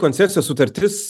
koncesijos sutartis